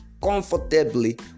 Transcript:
comfortably